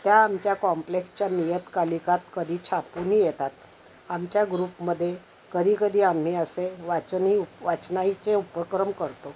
त्या आमच्या कॉम्प्लेक्सच्या नियतकालिकात कधी छापूनही येतात आमच्या ग्रुपमध्ये कधीकधी आम्ही असे वाचनी उप वाचनाचे उपक्रम करतो